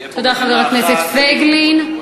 תודה, חבר הכנסת פייגלין.